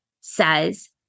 says